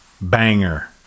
banger